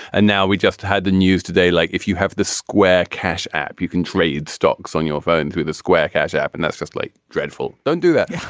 and now we just had the news today like if you have the square cash app you can trade stocks on your phone through the square cash app and that's just like dreadful don't do that.